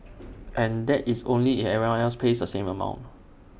and that is only if everyone else pays the same amount